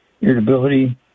irritability